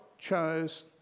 Chose